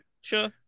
Sure